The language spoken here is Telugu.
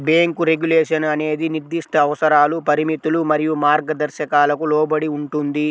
బ్యేంకు రెగ్యులేషన్ అనేది నిర్దిష్ట అవసరాలు, పరిమితులు మరియు మార్గదర్శకాలకు లోబడి ఉంటుంది,